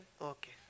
Okay